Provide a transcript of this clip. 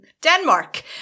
Denmark